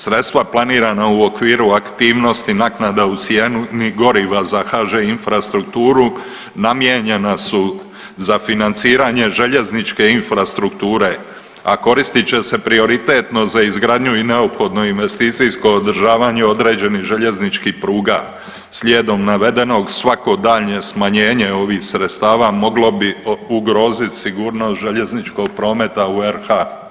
Sredstva planirana u okviru aktivnosti naknada u cijenu ni goriva za HŽ Infrastrukturu namijenjena su za financiranje željezničke infrastrukture, a koristit će se prioritetno za izgradnju i neophodno investicijsko održavanje određenih željezničkih pruga, slijedom navedenog svako daljnje smanjenje ovih sredstava moglo bi ugroziti sigurnost željezničkog prometa u RH.